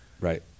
right